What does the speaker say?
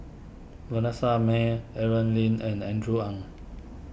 Vanessa Mae Aaron Lee and Andrew Ang